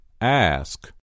Ask